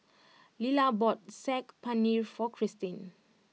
Lilla bought Saag Paneer for Cristin